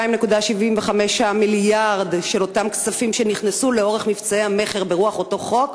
2.75 מיליארד של אותם כספים שנכנסו לאורך מבצעי המכר ברוח אותו חוק,